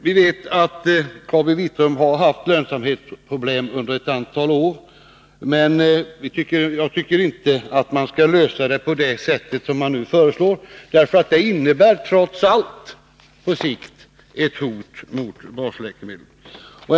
Vi vet att KabiVitrum har haft lönsamhetsproblem under ett antal år, men jag tycker inte att man skall lösa dem på det sätt som man nu föreslår, för det innebär trots allt på sikt ett hot mot den inhemska framställningen av basläkemedel.